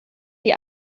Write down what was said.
die